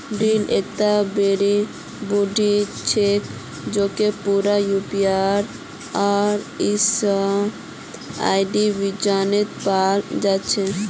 dill एकता जड़ी बूटी छिके जेको पूरा यूरोपीय आर एशियाई व्यंजनत पाल जा छेक